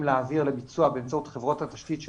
להעביר לביצוע באמצעות חברות התשתית שלנו,